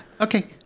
okay